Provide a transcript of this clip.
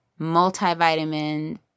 multivitamin